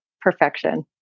perfection